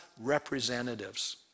representatives